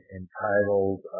entitled